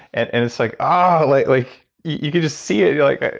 and and it's like, ah. like like you could just see it. you're like,